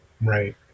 Right